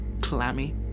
Clammy